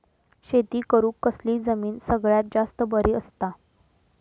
शेती करुक कसली जमीन सगळ्यात जास्त बरी असता?